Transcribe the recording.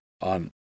on